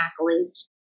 accolades